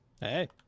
hey